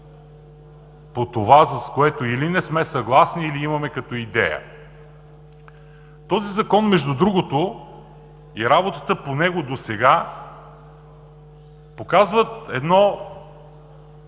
по това, с което или не сме съгласни, или имаме като идея. Този Закон, между другото, и работата по него досега показват едно